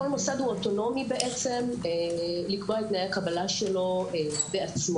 כל מוסד הוא אוטונומי לקבוע את תנאי הקבלה שלו בעצמו.